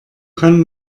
kann